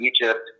Egypt